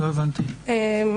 סליחה, אסף.